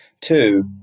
Two